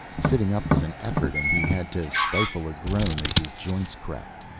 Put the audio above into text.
sitting up was an effort and he had to stifle a groan as his joints cracked.